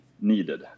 needed